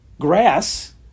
grass